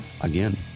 again